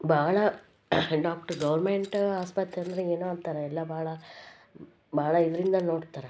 ಭಾಳ doctor government ಆಸ್ಪತ್ರೆ ಅಂದರೆ ಏನೋ ಅಂತಾರೆ ಎಲ್ಲ ಭಾಳ ಭಾಳ ಇದರಿಂದ ನೋಡ್ತಾರೆ